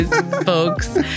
folks